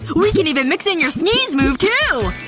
we can even mix in your sneeze move, too!